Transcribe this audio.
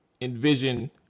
envision